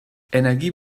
energie